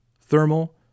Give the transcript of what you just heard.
thermal